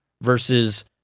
versus